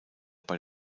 bei